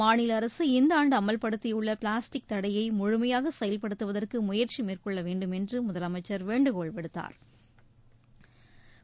மாநில அரசு இந்த ஆண்டு அமல்படுத்தியுள்ள பிளாஸ்டிக் தடையை முழுமையாக செயல்படுத்துவதற்கு முயற்சி மேற்கொள்ள வேண்டுமென்று முதலமைச்சா் வேண்டுகோள் விடுத்தாா்